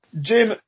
Jim